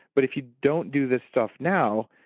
but if you don't do this stuff now,